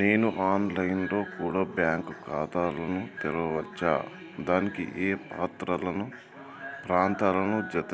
నేను online లో కూడా బ్యాంకు ఖాతా ను తెరవ వచ్చా? దానికి ఏ పత్రాలను జత